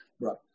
right